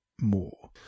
more